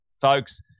folks